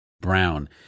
Brown